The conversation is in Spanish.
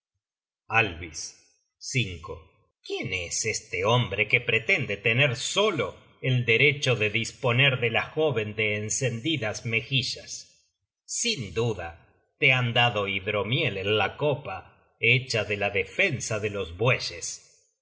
vis i quién es este hombre que pretende tener solo el derecho de disponer de la joven de encendidas mejillas sin duda te han dado hidromiel en la copa hecha de la defensa de los bueyes